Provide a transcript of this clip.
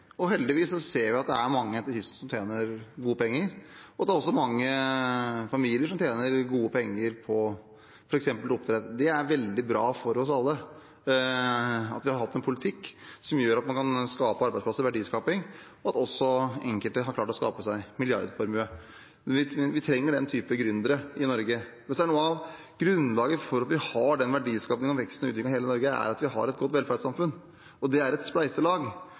og heldigvis ser vi at det er mange langs kysten som tjener gode penger, og at det også er mange familier som tjener gode penger på f.eks. oppdrett. Det er veldig bra for oss alle at vi har hatt en politikk som gjør at en kan skape arbeidsplasser og ha verdiskaping, og at enkelte også har klart å skape seg milliardformue. Vi trenger den type gründere i Norge. Noe av grunnlaget for at vi har den verdiskapingen, veksten og utviklingen i hele Norge, er at vi har et godt velferdssamfunn, og det er et spleiselag.